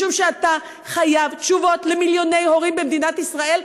משום שאתה חייב תשובות למיליוני הורים במדינת ישראל,